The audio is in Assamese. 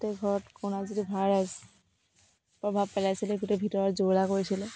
গোটেই ঘৰত প্ৰভাৱ পেলাইছিলে গোটেই ভিতৰত জুৰুলা কৰিছিলে